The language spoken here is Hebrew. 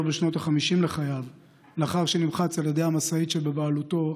בשנות החמישים לחייו לאחר שנמחץ על ידי המשאית שבבעלותו,